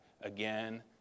again